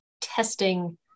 testing